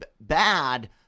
bad